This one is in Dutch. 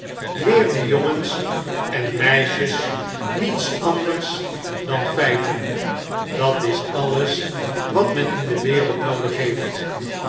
die jongens en meisjes niets anders dan feiten dat is alles wat men in de wereld noodig heeft